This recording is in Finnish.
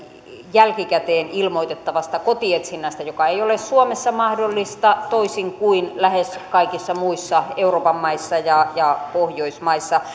jälkikäteen ilmoitettavasta kotietsinnästä joka ei ole suomessa mahdollista toisin kuin lähes kaikissa muissa euroopan maissa ja ja pohjoismaissa